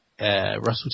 Russell